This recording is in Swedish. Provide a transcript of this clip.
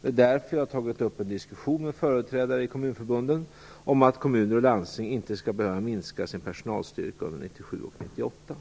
Det är därför jag tagit upp en diskussion med företrädare i kommunförbunden om att kommuner och landsting inte skall behöva minska sin personalstyrka under 1997 och 1998.